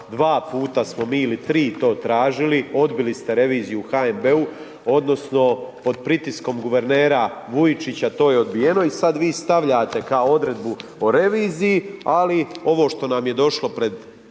dva puta smo mi ili tri to tražili, odbili ste reviziju u HNB-u odnosno pod pritiskom guvernera Vujčića to je odbijeno i sad vi stavljate kao odredbu o reviziji, ali ovo što nam je došlo pred